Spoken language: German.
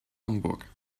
hamburg